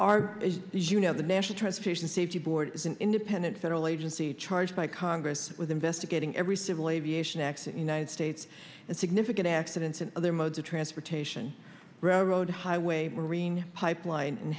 as you know the national transportation safety board is an independent federal agency charged by congress with investigating every civil aviation accident united states and significant accidents in other modes of transportation road highway marine pipeline and